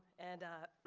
and